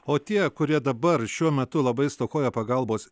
o tie kurie dabar šiuo metu labai stokoja pagalbos